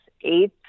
eighth